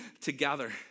together